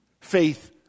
faith